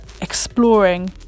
exploring